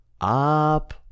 up